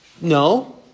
no